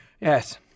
Yes